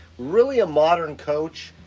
really a modern coach.